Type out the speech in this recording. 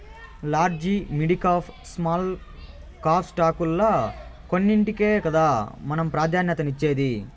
large, midcap, small cap స్టాకుల్ల కొన్నింటికే కదా మనం ప్రాధాన్యతనిచ్చేది